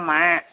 ஆமாம்